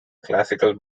classical